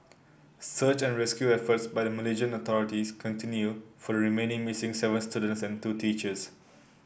search and rescue efforts by the Malaysian authorities continue for the remaining missing seven students and two teachers